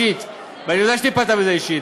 וחבל.